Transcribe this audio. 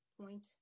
point